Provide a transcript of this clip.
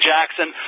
Jackson